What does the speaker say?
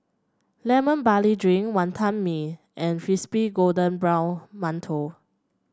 Lemon Barley Drink Wonton Mee and Crispy Golden Brown Mantou